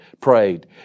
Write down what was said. prayed